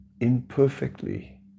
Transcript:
imperfectly